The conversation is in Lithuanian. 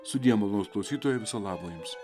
sudie malonūs klausytojai viso labo jums